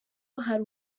hari